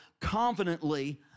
confidently